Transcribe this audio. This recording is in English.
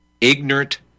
ignorant